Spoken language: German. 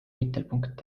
mittelpunkt